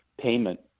payment